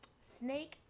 Snake